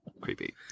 creepy